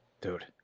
Dude